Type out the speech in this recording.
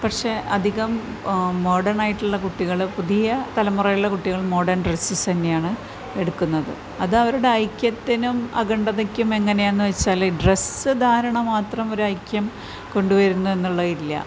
പക്ഷെ അധികം മോഡേൺ ആയിട്ടുള്ള കുട്ടികൽ പുതിയ തലമുറകളിലെ കുട്ടികൾ മോഡേൺ ഡ്രെസ്സസ്സെന്നെയാണ് എടുക്കുന്നത് അതവരുടെ ഐക്യത്തിനും അഖണ്ഡതക്കും എങ്ങനാന്ന് വെച്ചാൽ ഡ്രസ്സ് ധാരണം മാത്രം ഒരൈക്യം കൊണ്ട് വരുന്നു എന്നുള്ള ഇല്ല